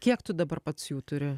kiek tu dabar pats jų turi